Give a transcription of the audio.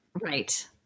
Right